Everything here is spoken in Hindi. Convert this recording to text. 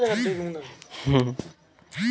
किसान ऋण किस तरह प्राप्त कर सकते हैं?